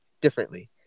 differently